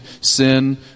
sin